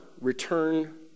return